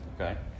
okay